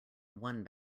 one